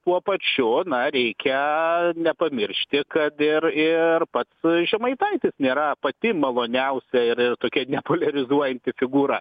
tuo pačiu na reikia nepamiršti kad ir ir pats žemaitaitis nėra pati maloniausia ir ir tokia nepoliarizuojanti figūra